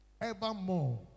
Evermore